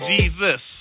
Jesus